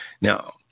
Now